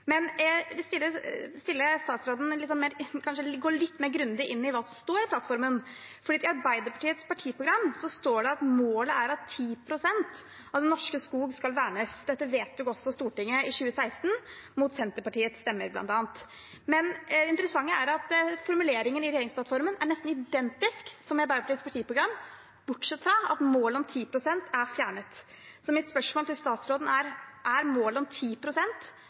gå litt mer grundig inn i hva som står i plattformen, for i Arbeiderpartiets partiprogram står det at målet er at 10 pst. av den norske skogen skal vernes. Dette vedtok også Stortinget i 2016, mot Senterpartiets stemmer bl.a. Men det interessante er at formuleringen i regjeringsplattformen er nesten identisk med Arbeiderpartiets partiprogram, bortsett fra at målet om 10 pst. er fjernet. Så mitt spørsmål til statsråden er: Gjelder målet om